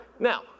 Now